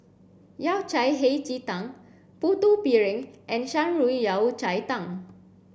Yao Cai Hei Ji Tang Putu Piring and Shan Rui Yao Cai Tang